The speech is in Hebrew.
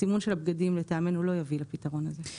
הסימון של הבגדים לטעמנו לא יוביל לפתרון הזה.